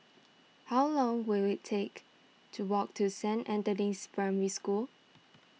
how long will it take to walk to Saint Anthony's Primary School